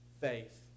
faith